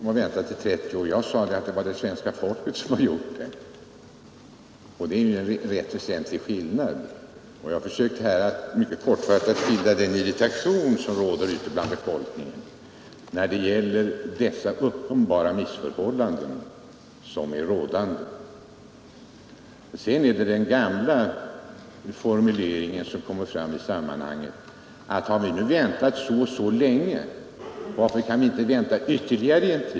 Herr talman! Det är inte jag som har väntat i 30 år. Det är svenska folket som har väntat i 30 år, och det är en rätt väsentlig skillnad. Jag har kortfattat försökt skildra den irritation som råder ute bland folk över detta uppenbara missförhållande. Herr Augustsson använde det gamla argumentet att har vi nu väntat så och så länge, varför kan vi då inte vänta ytterligare en tid.